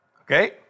Okay